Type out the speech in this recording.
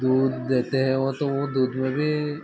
दूध देते हैं वो तो वो दूध में भी